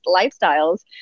lifestyles